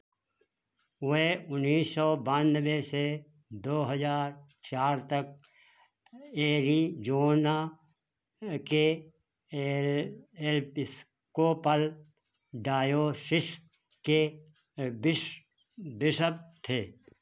वे उन्नीस सौ बानवे से दो हज़ार चार तक एरिजोना के एपिस्कोपल डायोसिस के बिश बिशप थे